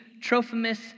Trophimus